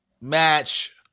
match